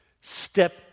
step